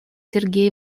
сергей